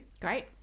Great